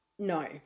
No